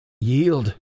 Yield